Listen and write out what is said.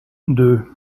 deux